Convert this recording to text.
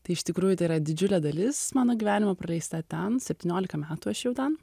tai iš tikrųjų tai yra didžiulė dalis mano gyvenimo praleista ten septyniolika metų aš jau ten